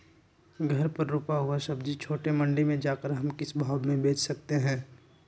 घर पर रूपा हुआ सब्जी छोटे मंडी में जाकर हम किस भाव में भेज सकते हैं?